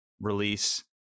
release